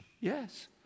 Yes